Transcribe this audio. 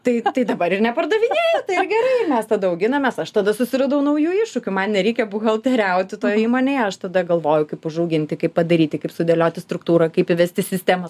tai tai dabar ir nepardavinėju tai ir gerai mes tada auginamės aš tada susiradau naujų iššūkių man nereikia buhalteriauti toj įmonėj aš tada galvoju kaip užauginti kaip padaryti kaip sudėlioti struktūrą kaip įvesti sistemas